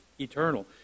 eternal